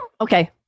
Okay